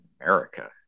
America